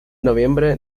noviembre